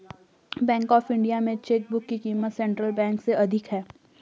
bank of India में chequebook की क़ीमत सेंट्रल बैंक से अधिक है